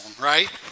right